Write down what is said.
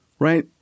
right